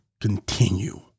continue